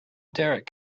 derek